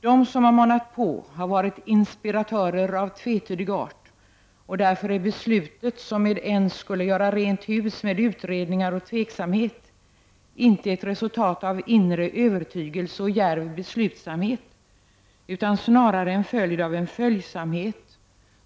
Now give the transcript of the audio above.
De som har manat på har varit inspiratörer av de tvetydig art. Därför är beslutet, som med ens skulle göra rent hus med utredningar och tveksamhet, inte ett resultat av inre övertygelse och djärv beslutsamhet, utan snarare av följsamhet.